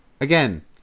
Again